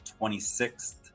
26th